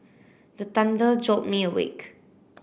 the thunder jolt me awake